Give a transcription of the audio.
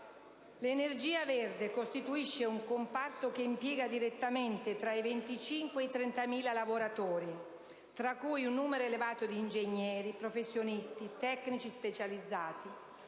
L'energia verde costituisce un comparto che impiega direttamente tra i 25.000 e i 30.000 lavoratori, tra cui un numero elevato di ingegneri, professionisti e tecnici specializzati,